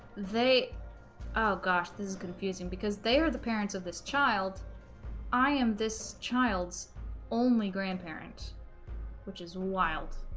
they oh gosh this is confusing because they are the parents of this child i am this child's only grandparent which is wild